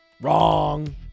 Wrong